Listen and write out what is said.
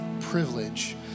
privilege